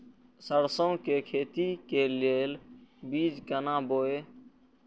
सरसों के लिए खेती के लेल बीज केना बोई?